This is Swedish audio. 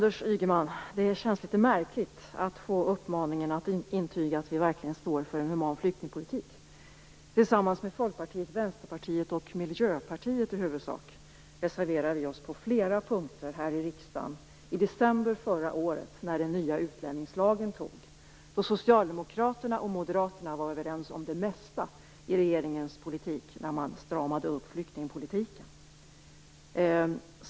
Fru talman! Det känns litet märkligt att få uppmaningen att intyga att vi verkligen står för en human flyktingpolitik, Anders Ygeman. Tillsammans med Folkpartiet, Vänsterpartiet och Miljöpartiet i huvudsak reserverade vi oss på flera punkter här i riksdagen i december förra året när den nya utlänningslagen antogs. Då var Socialdemokraterna och Moderaterna överens om det mesta i regeringens politik när man stramade upp flyktingpolitiken.